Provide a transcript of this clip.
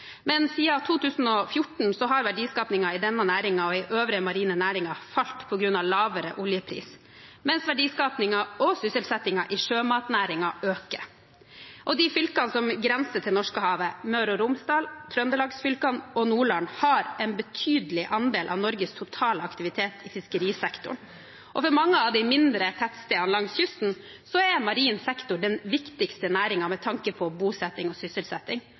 i øvrige marine næringer falt på grunn av lavere oljepris, mens verdiskapingen og sysselsettingen i sjømatnæringen øker. De fylkene som grenser til Norskehavet, Møre og Romsdal, Trøndelagsfylkene og Nordland, har en betydelig andel av Norges totale aktivitet i fiskerisektoren. For mange av de mindre tettstedene langs kysten er marin sektor den viktigste næringen med tanke på bosetting og sysselsetting,